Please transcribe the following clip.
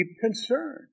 concern